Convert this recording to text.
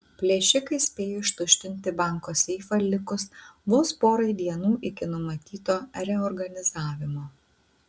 plėšikai spėjo ištuštinti banko seifą likus vos porai dienų iki numatyto reorganizavimo